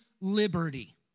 Liberty